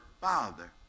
father